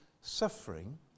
suffering